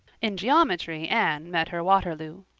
in geometry anne met her waterloo.